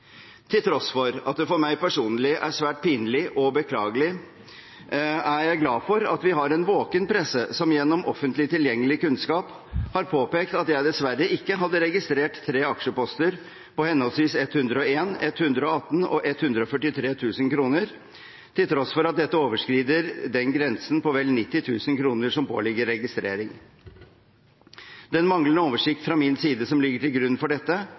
Til tross for at det for meg personlig er svært pinlig og beklagelig, er jeg glad for at vi har en våken presse som gjennom offentlig tilgjengelig kunnskap har påpekt at jeg dessverre ikke hadde registrert tre aksjeposter på henholdsvis 101 000 kr, 118 000 kr og 143 000 kr, til tross for at dette overskrider den grensen på vel 90 000 kr som pålegger registrering. Den manglende oversikt fra min side som ligger til grunn for dette,